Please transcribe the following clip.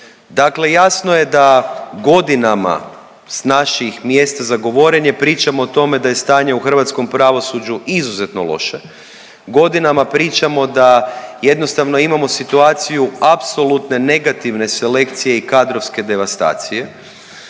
Dakle jasno je da godinama s naših mjesta za govorenje pričamo o tome da je stanje u hrvatskom pravosuđu izuzetno loše. Godinama pričamo da jednostavno imamo situaciju apsolutne negativne selekcije i kadrovske devastacije.